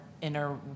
inner